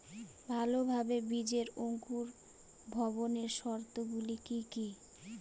ভালোভাবে বীজের অঙ্কুর ভবনের শর্ত গুলি কি কি?